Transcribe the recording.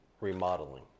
remodeling